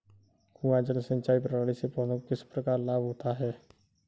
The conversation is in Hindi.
कुआँ जल सिंचाई प्रणाली से पौधों को किस प्रकार लाभ होता है?